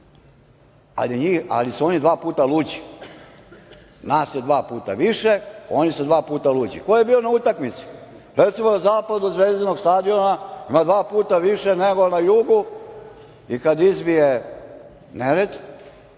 ali su oni dva puta luđi, nas je dva puta više, oni su dva puta luđi. Ko je bio na utakmici? Recimo na zapadu Zvezdinog stadiona ima dva puta više nego na jugu i kada izbije nered,